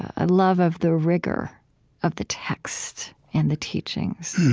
a love of the rigor of the text and the teachings.